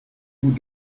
vous